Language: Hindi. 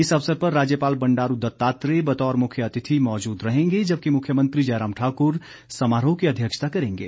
इस अवसर पर राज्यपाल बंडारू दत्तात्रेय बतौर मुख्य अतिथि मौजूद रहेंगे जबकि मुख्यमंत्री जयराम ठाकुर समारोह की अध्यक्षता करेंगे